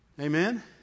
Amen